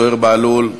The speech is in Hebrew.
זוהיר בהלול?